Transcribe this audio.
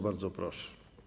Bardzo proszę.